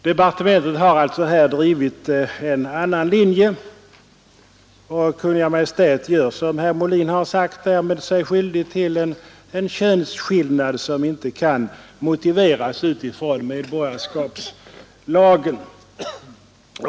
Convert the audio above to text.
Här har alltså drivits en annan linje, medan Kungl. Maj:t, som herr Molin har sagt, gör SS sig skyldig till en könsskillnad som inte kan motiveras utifrån medborgarskapslagen.